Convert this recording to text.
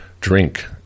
drink